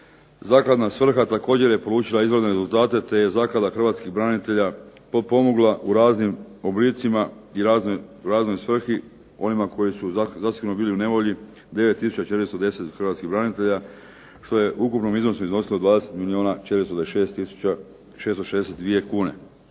zakladna svrha također je polučila izvrsne rezultate, te je Zaklada hrvatskih branitelja potpomogla u raznim oblicima i u raznoj svrhi onima koji su zasigurno bili u nevolji 9410 hrvatskih branitelja što je u ukupnom iznosu iznosilo 20 milijuna